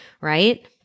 right